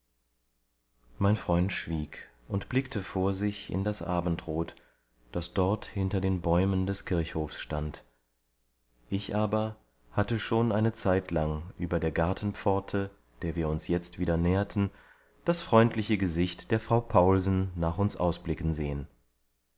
mein freund schwieg und blickte vor sich in das abendrot das dort hinter den bäumen des kirchhofs stand ich aber hatte schon eine zeitlang über der gartenpforte der wir uns jetzt wieder näherten das freundliche gesicht der frau paulsen nach uns ausblicken sehen